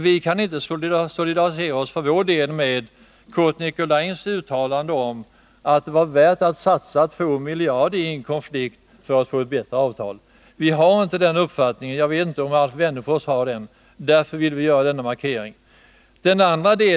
Vi kan för vår del inte solidarisera oss med Curt Nicolins uttalande om att det var värt att satsa 2 miljarder i en konflikt för att få ett bättre avtal. Vi har inte den uppfattningen —- jag vet inte om Alf Wennerfors har den. Det var därför vi ville göra denna markering.